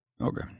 Okay